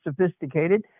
sophisticated